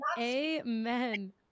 Amen